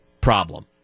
problem